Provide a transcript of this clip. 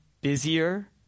busier